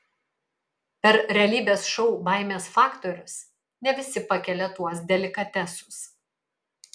per realybės šou baimės faktorius ne visi pakelia tuos delikatesus